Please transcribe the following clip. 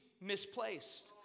misplaced